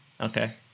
okay